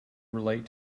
relate